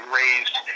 raised